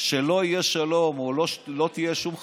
שלא יהיה שלום, לא תהיה שום חתימה,